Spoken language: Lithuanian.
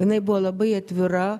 jinai buvo labai atvira